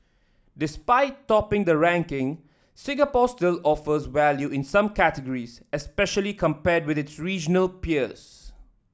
despite topping the ranking Singapore still offers value in some categories especially compared with its regional peers